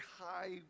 high